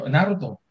Naruto